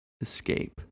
escape